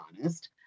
honest